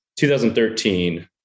2013